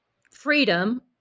freedom